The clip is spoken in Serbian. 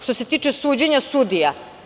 Što se tiče suđenja sudija.